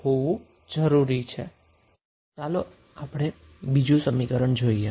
તો હવે ચાલો આપણે બીજું સમીકરણ જોઈએ